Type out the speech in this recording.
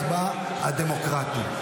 ביבי, איפה החטופים?